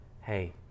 hey